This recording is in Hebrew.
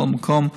בכל מקום,